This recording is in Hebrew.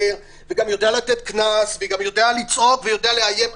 וגם יודע לתת קנס וגם יודע לצעוק ויודע לאיים,